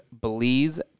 Belize